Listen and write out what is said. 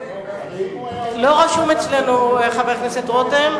לא רשום אצלנו חבר הכנסת רותם.